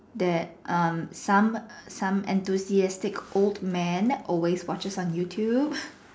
that um some some enthusiastic old man always watches on YouTube